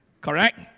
Correct